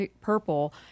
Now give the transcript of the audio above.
purple